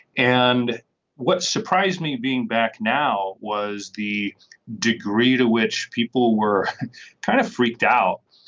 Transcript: and what surprised me being back now was the degree to which people were kind of freaked out.